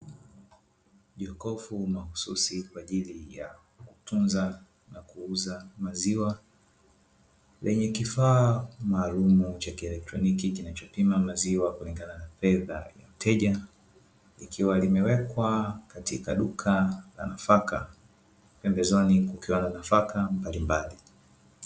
Jokofu mahususi kwa ajili ya kutunza na kuuza maziwa lenye kifaa maalumu cha kieletroniki kinachopima maziwa kulingana na ledha ya mteja likiwa limewekwa katika duka la nafaka, pembezoni kukiwa na nafaka mbalimbali.